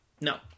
no